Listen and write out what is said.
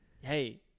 Hey